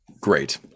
Great